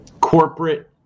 corporate